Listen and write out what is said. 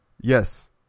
Yes